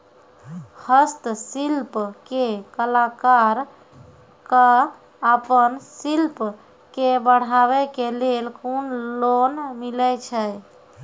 हस्तशिल्प के कलाकार कऽ आपन शिल्प के बढ़ावे के लेल कुन लोन मिलै छै?